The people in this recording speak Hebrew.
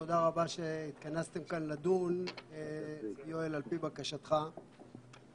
תודה רבה על זה שהתכנסתם פה לדון על פי בקשתו של חבר הכנסת רזבוזוב.